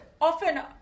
Often